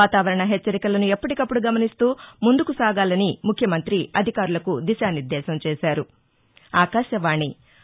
వాతావరణ హెచ్చరికలను ఎప్పటికప్పుడు గమనిస్తూ ముందుకు సాగాలని ముఖ్యమంత్రి అధికారులకు దిశానిర్గేశం చేశారు